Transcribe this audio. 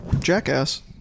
Jackass